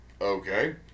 Okay